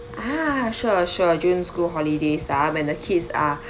ah sure sure june school holidays ah when the kids are